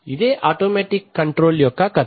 ఇదే automatic control యొక్క కథ